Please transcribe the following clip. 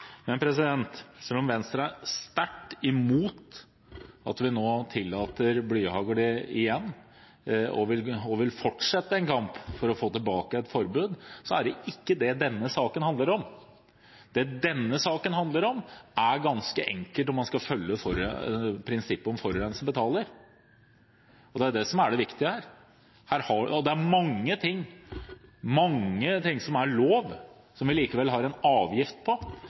sterkt imot at vi nå igjen tillater blyhagl, og vil fortsette en kamp for å få tilbake et forbud, er det ikke det denne saken handler om. Det denne saken handler om, er ganske enkelt hvorvidt man skal følge prinsippet om at forurenser betaler. Det er det som er det viktige her. Det er mange ting som er lov som vi likevel har en avgift på,